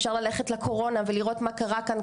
אפשר ללכת לקורונה ולראות מה קרה כאן,